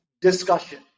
discussion